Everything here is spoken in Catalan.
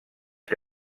que